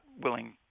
willing